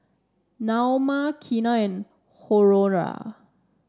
Naoma Keena and Honora